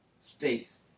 states